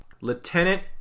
Lieutenant